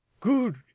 Good